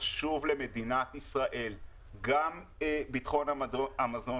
חשוב למדינת ישראל גם ביטחון המזון,